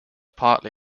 partly